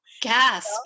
Gasp